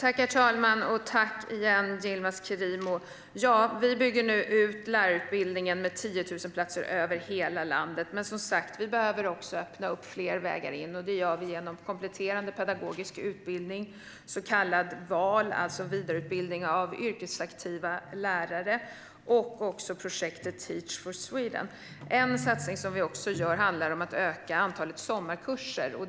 Herr talman! Tack igen, Yilmaz Kerimo, för frågan! Vi bygger nu ut lärarutbildningen med 10 000 platser över hela landet. Men vi behöver också öppna fler vägar in. Det gör vi genom kompletterande pedagogisk utbildning, så kallad VAL, det vill säga vidareutbildning av yrkesaktiva lärare, och också projektet Teach for Sweden. En satsning som vi gör handlar om att öka antalet sommarkurser.